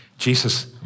Jesus